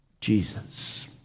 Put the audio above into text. Jesus